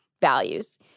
values